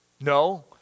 No